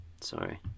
Sorry